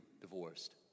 divorced